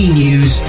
news